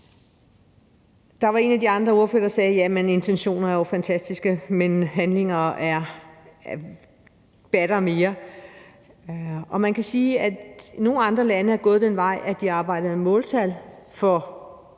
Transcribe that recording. Der var en af de andre ordførere, der sagde: Intentioner er jo fantastiske, men handlinger batter mere. Andre lande er gået den vej, hvor de arbejder med måltal for